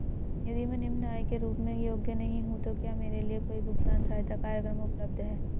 यदि मैं निम्न आय के रूप में योग्य नहीं हूँ तो क्या मेरे लिए कोई भुगतान सहायता कार्यक्रम उपलब्ध है?